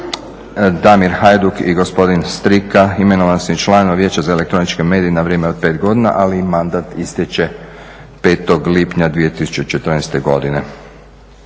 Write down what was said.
Damir Hajduk i gospodin Strika imenovani su članovi Vijeća za elektroničke medije na vrijeme od pet godina ali im mandat istječe 5.lipnja 2014.godine,